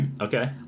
Okay